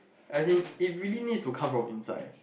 as in it really need to come from inside